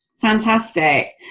Fantastic